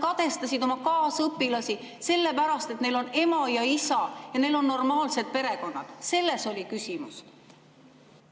kadestasid oma kaasõpilasi selle pärast, et neil on ema ja isa ja neil on normaalsed perekonnad. Selles oli küsimus.